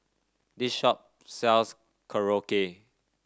this shop sells Korokke